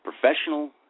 professional